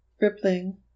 rippling